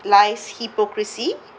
lies hypocrisy